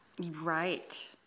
Right